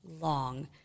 long